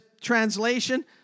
translation